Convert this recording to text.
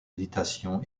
méditation